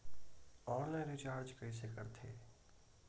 Online recharge कइसे करथे?